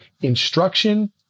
instruction